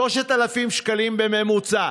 3,000 שקלים בממוצע.